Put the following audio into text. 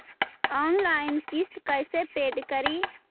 Online किस्त कैसे paid करि?